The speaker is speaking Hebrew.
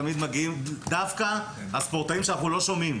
תמיד דווקא הספורטאים שאנחנו לא שומעים,